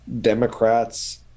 Democrats